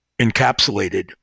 encapsulated